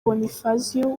bonifazio